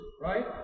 right